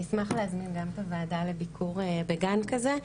אני אשמח להזמין גם את הוועדה לביקור בגן כזה,